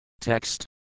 Text